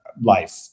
life